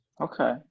Okay